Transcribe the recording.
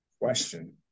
question